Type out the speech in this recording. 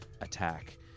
attack